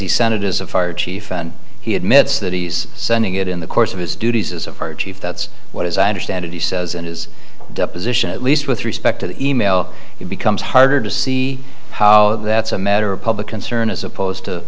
he sent it is a fire chief and he admits that he's sending it in the course of his duties as our chief that's what as i understand it he says in his deposition at least with respect to e mail it becomes harder to see how that's a matter of public concern as opposed to